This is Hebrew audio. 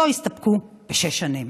איתו הסתפקו בשש שנים.